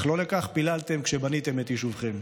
אך לא לכך פיללתם כשבניתם את יישובכם.